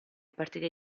partite